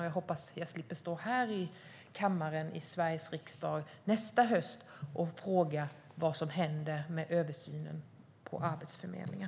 Jag hoppas att jag slipper stå här i kammaren i Sveriges riksdag nästa höst och fråga vad som händer med översynen av Arbetsförmedlingen.